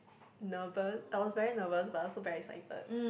nervous I was very nervous but also very excited